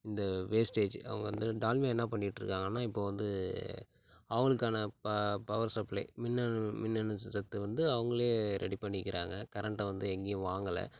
இந்த வேஸ்டேஜு அவங்க வந்து டால்மியா என்ன பண்ணிட்டுருக்காங்கன்னா இப்போ வந்து அவங்களுக்கான ப பவர் சப்ளை மின்னணு மின்னணு சத்து வந்து அவங்களே ரெடி பண்ணிக்கிறாங்க கரண்ட்டை வந்து எங்கையும் வாங்கல